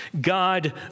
God